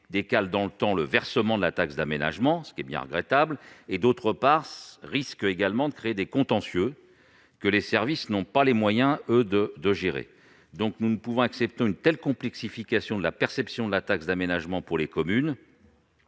décalent dans le temps le versement de la taxe d'aménagement- ce qui est bien regrettable -et, d'autre part, risquent de créer des contentieux que les services n'ont pas les moyens de gérer. Nous ne pouvons accepter une telle complexification de la perception de la taxe d'aménagement pour les communes.